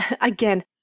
Again